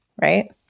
right